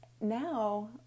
Now